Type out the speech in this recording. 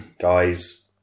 guys